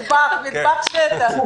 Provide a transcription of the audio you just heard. מטבח בשטח.